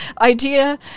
idea